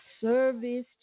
service